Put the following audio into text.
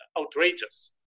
outrageous